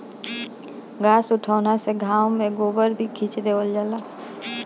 घास उठौना से गाँव में गोबर भी खींच देवल जाला